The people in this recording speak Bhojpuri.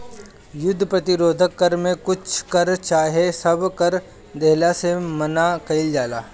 युद्ध प्रतिरोध कर में कुछ कर चाहे सब कर देहला से मना कईल जाला